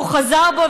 הוא חזר בו,